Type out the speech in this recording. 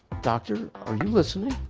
doctor, are you listening?